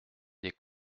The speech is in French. des